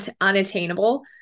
unattainable